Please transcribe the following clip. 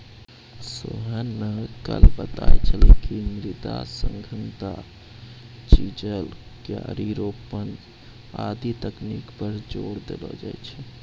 सोहन न कल बताय छेलै कि मृदा सघनता, चिजल, क्यारी रोपन आदि तकनीक पर जोर देलो जाय छै